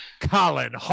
Colin